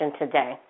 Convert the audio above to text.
today